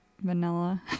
Vanilla